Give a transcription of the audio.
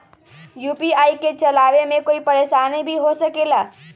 UPI के चलावे मे कोई परेशानी भी हो सकेला?